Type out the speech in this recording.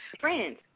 friends